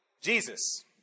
Jesus